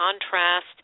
contrast